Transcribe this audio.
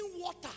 water